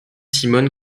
simone